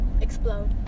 explode